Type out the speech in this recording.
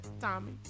tommy